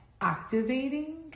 activating